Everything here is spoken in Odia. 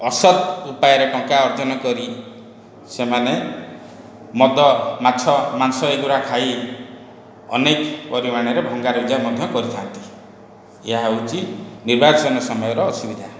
ଅସତ ଉପାୟରେ ଟଙ୍କା ଅର୍ଜନ କରି ସେମାନେ ମଦ ମାଛ ମାଂସ ଏଗୁଡ଼ା ଖାଇ ଅନେକ ପରିମାଣରେ ଭଙ୍ଗା ରୁଜା ମଧ୍ୟ କରିଥାନ୍ତି ଏହା ହେଉଛି ନିର୍ବାଚନ ସମୟର ଅସୁବିଧା